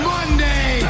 Monday